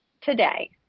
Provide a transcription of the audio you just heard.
today